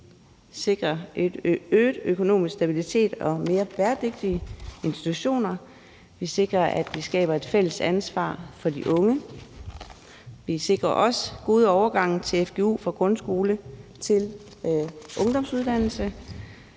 er en øget økonomisk stabilitet og mere bæredygtige institutioner, og vi skaber et fælles ansvar for de unge. Vi sikrer også gode overgange til fgu fra grundskole til ungdomsuddannelse,